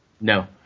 No